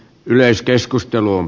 yleiskeskustelun